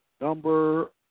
number